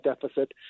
deficit—